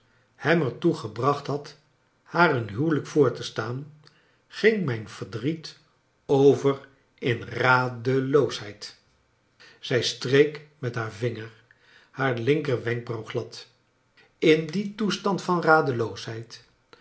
er toe gebracht had haar een huwelijk voor te slaan ging mijn verdriet over in radeloosheid zft streek met haar vinger haar linker wenkbrauw glad in dien toestand van